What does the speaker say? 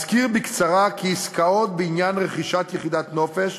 אזכיר בקצרה כי עסקאות בעניין רכישת יחידת נופש